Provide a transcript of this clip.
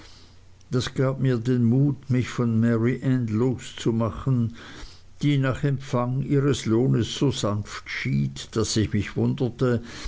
das gab mir den mut mich von mary anne loszumachen die nach empfang ihres lohnes so sanft schied daß ich mich wunderte